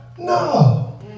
No